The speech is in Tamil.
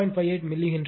58 மில்லி ஹென்றி